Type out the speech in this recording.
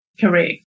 Correct